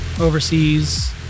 overseas